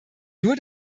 nur